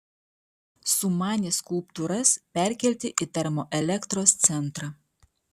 sumanė skulptūras perkelti į termoelektros centrą